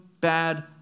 bad